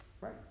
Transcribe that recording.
Right